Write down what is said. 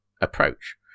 approach